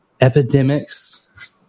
Epidemics